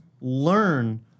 learn